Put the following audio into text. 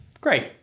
great